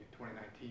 2019